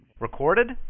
recorded